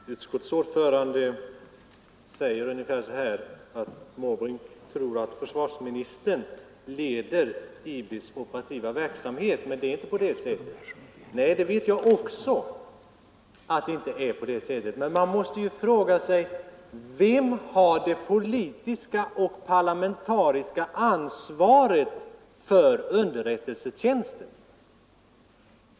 Herr talman! Utskottets ordförande säger: Herr Måbrink tror att försvarsministern leder IB:s operativa verksamhet — men det är inte på det sättet. Nej, också jag vet att det inte är på det sättet. Men man måste fråga sig vem som har det politiska och parlamentariska ansvaret för underrättelsetjänsten.